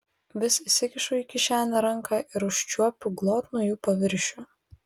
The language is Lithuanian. vis įsikišu į kišenę ranką ir užčiuopiu glotnų jų paviršių